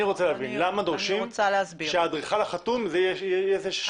למה דורשים שהאדריכל החתום יהיה זה ששולח.